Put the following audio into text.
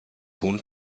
huhn